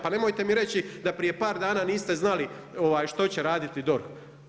Pa nemojte mi reći da prije par dana niste znali što će raditi DORH.